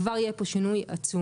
כבר יהיה פה שינוי עצום.